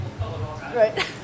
Right